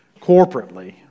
corporately